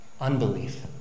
Unbelief